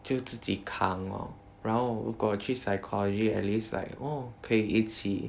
就自己扛 lor 然后如果去 psychology at least like oh 可以一起